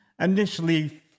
Initially